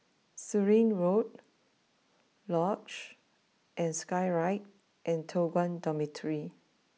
Surin Road Luge and Skyride and Toh Guan Dormitory